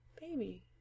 baby